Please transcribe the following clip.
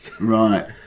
Right